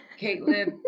Caitlin